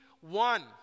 one